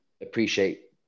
appreciate